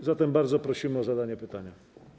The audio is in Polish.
A zatem bardzo proszę o zadanie pytania.